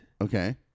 Okay